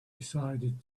decided